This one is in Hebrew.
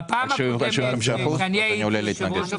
בפעם הקודמת שהייתי יושב-ראש הוועדה,